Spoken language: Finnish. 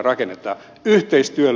arvoisa puhemies